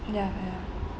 ya ya